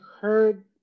heard